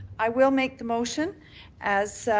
i will make the motion as